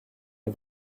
les